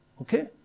Okay